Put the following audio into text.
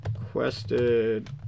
requested